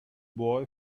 boy